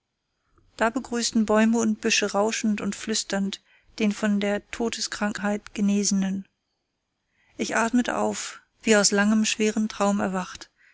da begrüßten bäume und büsche rauschend und flüsternd den von der todeskrankheit genesenen ich atmete auf wie aus langem schwerem traum erwacht